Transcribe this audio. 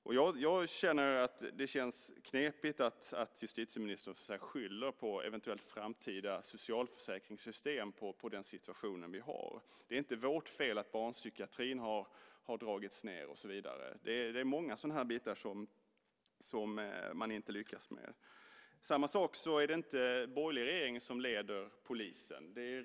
Därför känns det knepigt att justitieministern skyller ett eventuellt framtida socialförsäkringssystem på den situation som råder. Det är inte vårt fel att barnpsykiatrin har dragit ned och så vidare. Det finns många sådana områden som man inte lyckats med. Det är heller inte en borgerlig regering som leder polisen.